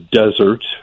desert